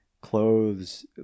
clothes